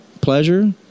pleasure